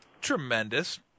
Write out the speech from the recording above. Tremendous